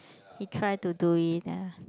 he try to do it ah